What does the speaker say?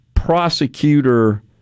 prosecutor